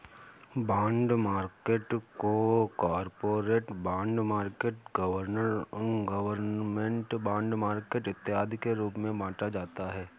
bond market को corporate bond market government bond market इत्यादि के रूप में बांटा जाता है